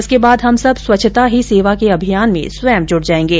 उसके बाद हम सब स्वच्छता ही सेवा के अभियान में स्वयं जूड़ जाएंगे